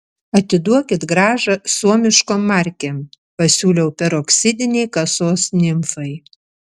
atiduokit grąžą suomiškom markėm pasiūliau peroksidinei kasos nimfai